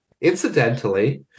Incidentally